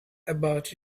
about